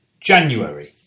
January